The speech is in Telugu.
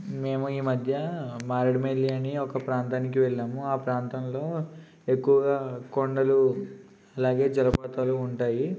మేము ఈ మధ్య మారేడుమిల్లి అని ఒక ప్రాంతానికి వెళ్ళాము ఆ ప్రాంతంలో ఎక్కువగా కొండలు అలాగే జలపాతాలు ఉంటాయి